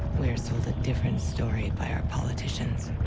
we are sold a different story by our politicians.